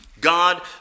God